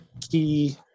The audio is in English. key